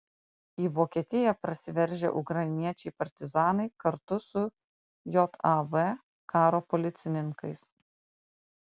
į vokietiją prasiveržę ukrainiečiai partizanai kartu su jav karo policininkais